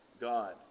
God